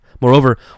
Moreover